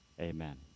amen